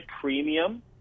premium